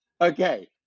Okay